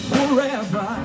Forever